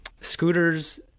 scooters